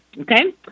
Okay